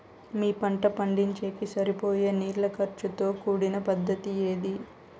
మీ పంట పండించేకి సరిపోయే నీళ్ల ఖర్చు తో కూడిన పద్ధతి ఏది?